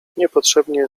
niepotrzebnie